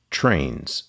trains